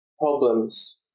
problems